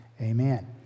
amen